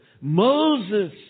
Moses